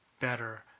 better